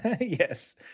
Yes